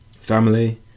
family